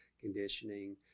conditioning